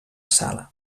sala